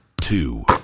two